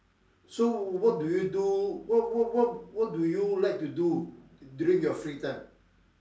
so what do you do what what what what do you like to do during your free time